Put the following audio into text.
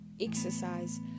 Exercise